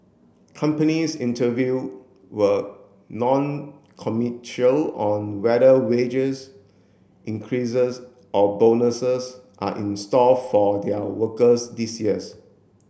companies interview were non on whether wages increases or bonuses are in store for their workers this years